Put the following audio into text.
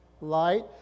light